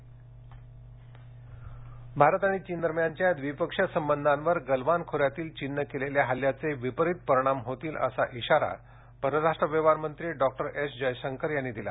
जयशंकर नरवणे भारत आणि चीन दरम्यानच्या द्विपक्षीय संबंधांवर गलवान खोऱ्यातील चीननं केलेल्या हल्ल्याचे विपरीत परिणाम होतील असा इशारा परराष्ट्र व्यवहार मंत्री डॉक्टर एस जयशंकर यांनी दिला